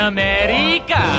America